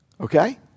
okay